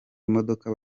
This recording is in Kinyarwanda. imodoka